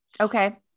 Okay